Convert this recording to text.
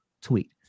tweet